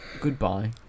goodbye